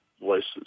voices